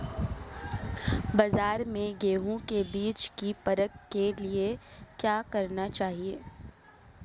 बाज़ार में गेहूँ के बीज की परख के लिए क्या करना चाहिए?